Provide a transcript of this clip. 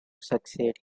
succeed